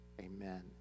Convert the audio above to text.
Amen